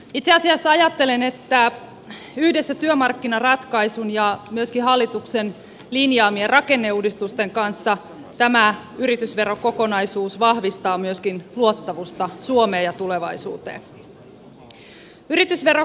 itse asiassa ajattelen että yhdessä työmarkkinaratkaisun ja myöskin hallituksen linjaamien rakenneuudistusten kanssa tämä yritysverokokonaisuus vahvistaa myöskin luottamusta suomeen ja tulevaisuuteen